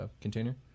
container